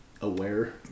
Aware